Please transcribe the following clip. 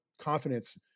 confidence